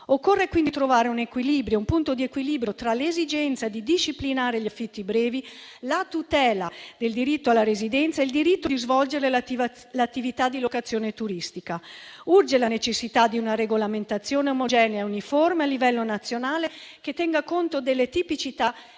Occorre quindi trovare un punto di equilibrio tra l'esigenza di disciplinare gli affitti brevi, la tutela del diritto alla residenza e il diritto di svolgere l'attività di locazione turistica. Urge la necessità di una regolamentazione omogenea e uniforme a livello nazionale che tenga conto delle tipicità